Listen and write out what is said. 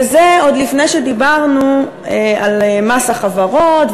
וזה עוד לפני שדיברנו על מס החברות,